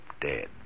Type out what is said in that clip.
dead